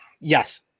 Yes